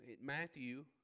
Matthew